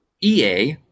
EA